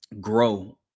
grow